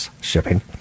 shipping